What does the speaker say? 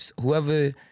whoever